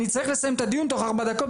אני צריך לסיים את הדיון תוך ארבע דקות.